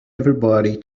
everybody